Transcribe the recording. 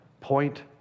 point